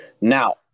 Now